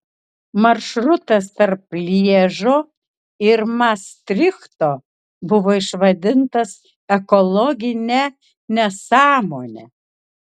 maršrutas tarp lježo ir mastrichto buvo išvadintas ekologine nesąmone